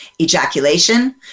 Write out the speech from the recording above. ejaculation